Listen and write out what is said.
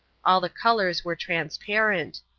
all the colours were transparent.